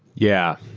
yeah.